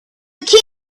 king